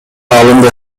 алынды